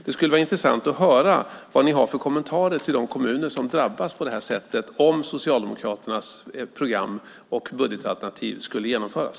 Det skulle vara intressant att höra vad ni har för kommentarer till de kommuner som drabbas på detta sätt om Socialdemokraternas budgetalternativ skulle genomföras.